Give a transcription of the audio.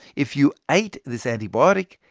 if you ate this antibiotic,